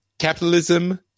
Capitalism